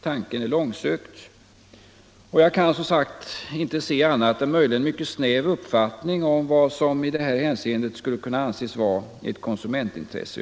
Tanken är långsökt och jag kan, som sagt, inte se annat än möjligen en mycket snäv uppfattning om vad som i det här hänseendet skulle kunna anses vara ett konsumentintresse.